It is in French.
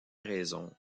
raison